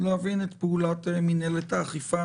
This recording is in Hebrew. להבין את פעולת מנהלת האכיפה